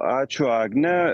ačiū agne